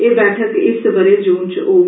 एह बैठक इस बरे जुन च होग